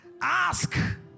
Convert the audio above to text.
Ask